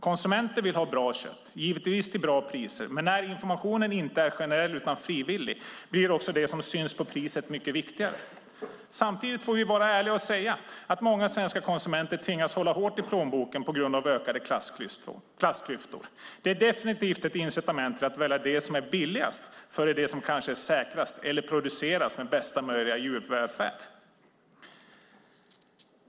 Konsumenter vill ha bra kött, givetvis till bra priser, men när informationen inte är generell utan frivillig blir också det som syns på priset mycket viktigare. Samtidigt får vi vara ärliga och säga att många svenska konsumenter tvingas hålla hårt i plånboken på grund av ökade klassklyftor. Det är definitivt ett incitament till att välja det som är billigast före det som kanske är säkrast eller har producerats med bästa möjliga djurvälfärd.